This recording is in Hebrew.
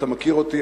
אתה מכיר אותי,